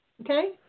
Okay